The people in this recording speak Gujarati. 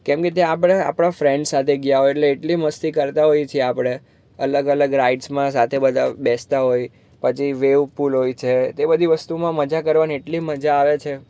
કેમ કે તે આપણે આપણા ફ્રેન્ડ સાથે ગયા હોઈ એટલી મસ્તી કરતા હોઈ છીએ આપણે અલગ અલગ રાઇડ્સમાં સાથે બધા બેસતા હોઈ પછી વેવ પુલ હોય છે તે બધી વસ્તુમાં મજા કરવાની એટલી મજા આવે છે